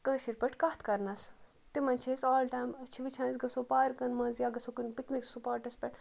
کٲشِر پٲٹھۍ کَتھ کَرنَس تِمَن چھِ أسۍ آل ٹایم أسۍ چھِ وٕچھان أسۍ گژھو پارکَن منٛز یا گَژھو کُنہِ پِکنِک سُپاٹَس پٮ۪ٹھ